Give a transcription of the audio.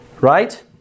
right